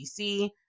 DC